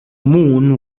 moon